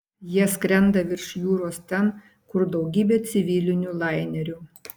jie skrenda virš jūros ten kur daugybė civilinių lainerių